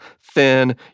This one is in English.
thin